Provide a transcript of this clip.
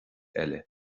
eile